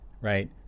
right